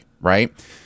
right